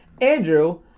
Andrew